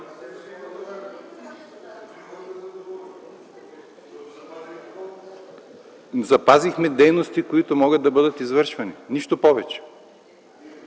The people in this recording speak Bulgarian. Запазихме дейности, които могат да бъдат извършвани, нищо повече.